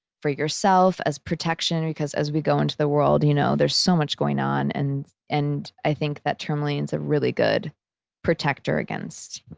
for yourself as protection because as we go into the world, you know, there's so much going on and and i think that tourmaline's a really good protector against,